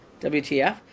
WTF